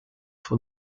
for